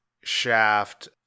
Shaft